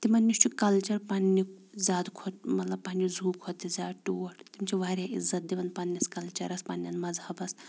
تِمَن نِش چھُ کَلچَر پنٛنیُک زیادٕ کھۄتہٕ مطلب پنٛنہِ زوٗ کھۄتہٕ تہِ زیادٕ ٹوٹھ تِم چھِ واریاہ عزت دِوان پنٛنِس کَلچَرَس پںٛںٮ۪ن مذہَبَس